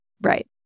Right